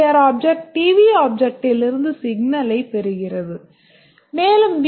R object TV ஆப்ஜெக்ட்டிலிருந்து சிக்னலைப் பெறுகிறது மேலும் வி